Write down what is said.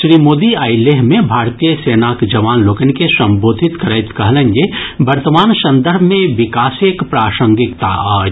श्री मोदी आइ लेह मे भारतीय सेनाक जवान लोकनि के संबोधित करैत कहलनि जे वर्तमान संदर्भ मे विकासेक प्रासंगिकता अछि